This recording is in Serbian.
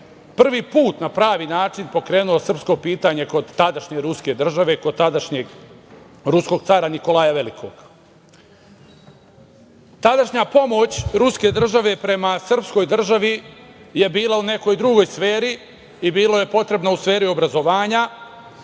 prvi put na pravi način pokrenuo srpsko pitanje kod tadašnje ruske države, kod tadašnjeg ruskog cara Nikolaja Velikog. Tadašnja pomoć ruske države prema srpskoj državi je bila u nekoj drugoj sferi i bilo je potrebno u sferi obrazovanja,